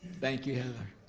thank you heather.